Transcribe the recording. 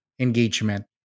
Engagement